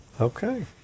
Okay